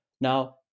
Now